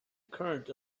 current